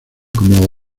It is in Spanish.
como